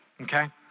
Okay